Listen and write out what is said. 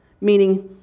Meaning